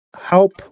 help